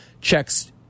checks